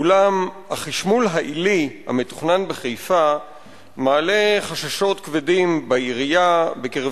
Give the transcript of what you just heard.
אולם החשמול העילי המתוכנן בחיפה מעלה חששות כבדים בעירייה ובקרב